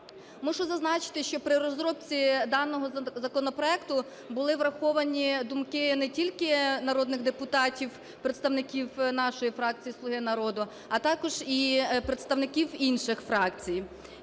Мушу зазначити, що при розробці даного законопроекту були враховані думки не тільки народних депутатів представників нашої фракції "Слуга народу", а також і представників інших фракцій.